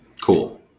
Cool